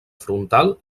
frontal